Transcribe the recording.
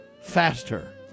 faster